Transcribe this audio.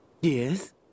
Yes